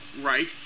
right